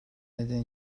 neden